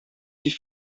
die